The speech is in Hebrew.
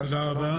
תודה רבה.